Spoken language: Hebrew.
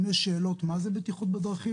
אם יש שאלות מה זה בטיחות בדרכים,